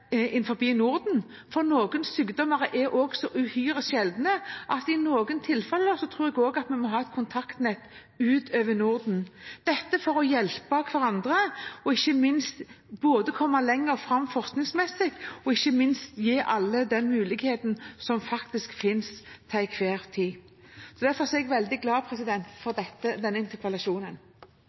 Norden, for noen sykdommer er så uhyre sjeldne at i noen tilfeller tror jeg vi må ha et kontaktnett også ut over Norden – dette for å hjelpe hverandre, både for å komme lenger forskningsmessig, og ikke minst for å gi alle den muligheten som faktisk finnes til enhver tid. Derfor er jeg veldig glad for denne interpellasjonen.